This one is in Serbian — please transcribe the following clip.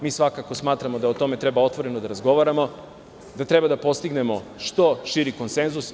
Mi svakako smatramo da o tome treba otvoreno da razgovaramo, da treba da postignemo što širi konsenzus.